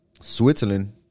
Switzerland